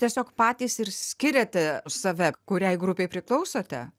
tiesiog patys ir skiriate save kuriai grupei priklausote